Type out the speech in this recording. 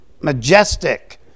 majestic